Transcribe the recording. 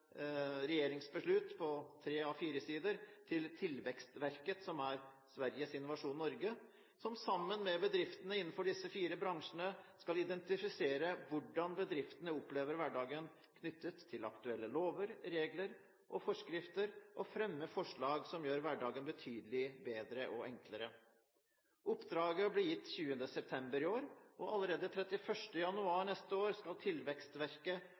konsist «regeringsbeslut» på tre A4-sider – til Tillväxtverket, Sveriges Innovasjon Norge, som sammen med bedriftene innenfor disse fire bransjene skal identifisere hvordan bedriftene opplever hverdagen knyttet til aktuelle lover, regler og forskrifter, og fremme forslag som gjør hverdagen betydelig bedre og enklere. Oppdraget ble gitt 20. september i år, og allerede 31. januar neste år skal